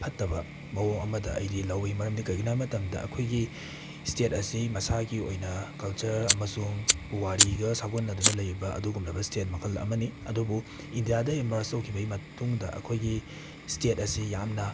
ꯐꯠꯇꯕ ꯃꯑꯣꯡ ꯑꯃꯗ ꯑꯩꯗꯤ ꯂꯧꯋꯤ ꯃꯔꯝꯗꯤ ꯀꯔꯤꯒꯤꯅꯣ ꯍꯥꯏꯕ ꯃꯇꯝꯗ ꯑꯩꯈꯣꯏꯒꯤ ꯁ꯭ꯇꯦꯠ ꯑꯁꯤ ꯃꯁꯥꯒꯤ ꯑꯣꯏꯅ ꯀꯜꯆꯔ ꯑꯃꯁꯨꯡ ꯄꯨꯋꯥꯔꯤꯒ ꯁꯥꯒꯣꯟꯅꯗꯨꯅ ꯂꯩꯔꯤꯕ ꯑꯗꯨꯒꯨꯝꯂꯕ ꯁ꯭ꯇꯦꯠ ꯃꯈꯜ ꯑꯃꯅꯤ ꯑꯗꯨꯕꯨ ꯏꯟꯗ꯭ꯌꯥꯗ ꯍꯦꯛ ꯃꯔꯁ ꯇꯧꯈꯤꯕ ꯃꯇꯨꯡꯗ ꯑꯩꯈꯣꯏꯒꯤ ꯁ꯭ꯇꯦꯠ ꯑꯁꯤ ꯌꯥꯝꯅ